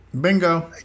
Bingo